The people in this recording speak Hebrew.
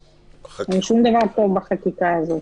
אין שום דבר טוב בחקיקה הזאת.